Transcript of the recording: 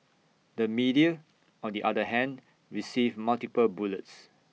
the media on the other hand received multiple bullets